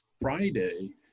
Friday